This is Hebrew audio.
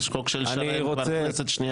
זה חוק של שרן כבר כנסת שנייה.